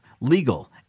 legal